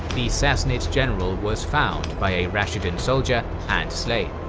the sassanid general was found by a rashidun soldier and slain.